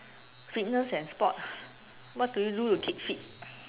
fitness and sports what do you do to keep fit